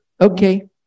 Okay